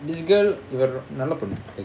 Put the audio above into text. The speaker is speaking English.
this girl நல்ல பொண்ணு:nalla ponnu